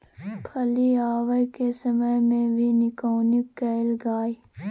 फली आबय के समय मे भी निकौनी कैल गाय?